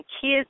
kids